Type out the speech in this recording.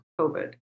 COVID